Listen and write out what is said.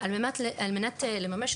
משמע הקצין הממונה קבע שיש